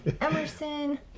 Emerson